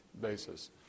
basis